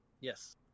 Yes